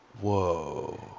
whoa